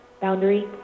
Boundary